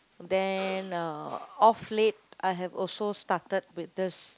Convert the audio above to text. then uh of late I have also started with this